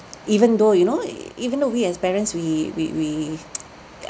even though you know even though we as parents we we we yeah